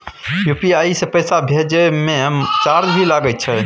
UPI से पैसा भेजै म चार्ज भी लागे छै?